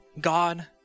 God